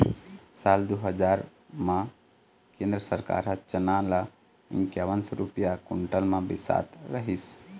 साल दू हजार म केंद्र सरकार ह चना ल इंकावन सौ रूपिया कोंटल म बिसात रहिस